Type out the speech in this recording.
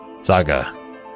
Saga